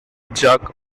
jug